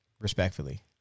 respectfully